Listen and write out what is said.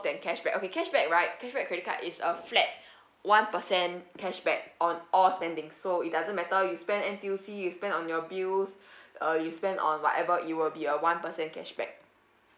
than cashback okay cashback right cashback credit card is a flat one percent cashback on all spendings so it doesn't matter you spend N_T_U_C you spend on your bills uh you spend on whatever it will be a one percent cashback